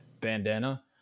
bandana